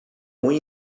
muy